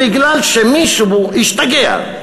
בגלל שמישהו השתגע,